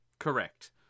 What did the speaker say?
Correct